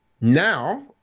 now